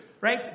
Right